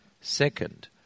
Second